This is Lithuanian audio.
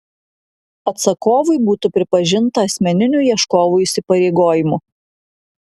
atsakovui būtų pripažinta asmeniniu ieškovo įsipareigojimu